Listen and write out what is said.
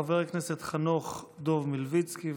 חבר הכנסת חנוך דב מלביצקי,